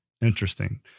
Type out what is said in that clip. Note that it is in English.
Interesting